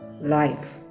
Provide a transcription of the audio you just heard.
life